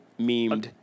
memed